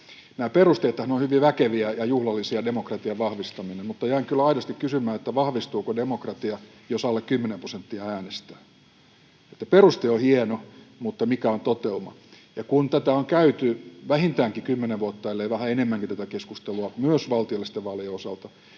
Nämä perusteethan ovat hyvin väkeviä ja juhlallisia — demokratian vahvistaminen — mutta jäin kyllä aidosti kysymään, vahvistuuko demokratia, jos alle 10 prosenttia äänestää. Peruste on hieno, mutta mikä on toteuma? Ja kun tätä keskustelua on käyty vähintäänkin 10 vuotta ellei vähän enemmänkin, myös valtiollisten vaalien osalta,